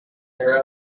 their